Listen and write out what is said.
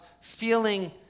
feeling